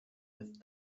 with